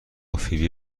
فیبی